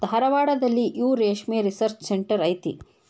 ಧಾರವಾಡದಲ್ಲಿಯೂ ರೇಶ್ಮೆ research centre ಐತಿ